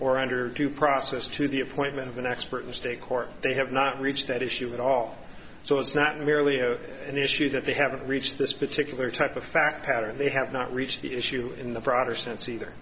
or under due process to the appointment of an expert in state court they have not reached that issue at all so it's not merely of an issue that they haven't reached this particular type of fact pattern they have not reached the issue in the protestants either